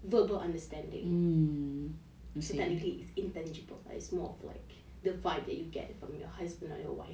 verbal understanding technically its intangible is more of like the vibe that you get from your husband or your wife